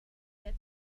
yet